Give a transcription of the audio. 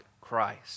Christ